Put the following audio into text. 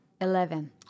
Eleven